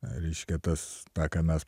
reiškia tas ta ką mes